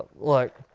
look,